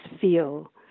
feel